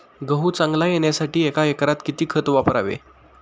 गहू चांगला येण्यासाठी एका एकरात किती खत वापरावे?